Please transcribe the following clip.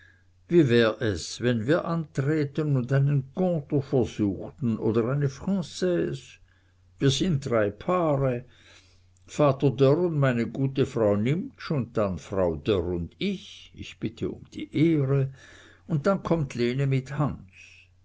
wie wär es wenn wir anträten und einen contre versuchten oder eine franaise wir sind drei paare vater dörr und meine gute frau nimptsch und dann frau dörr und ich ich bitte um die ehre und dann kommt lene mit hans